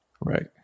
Right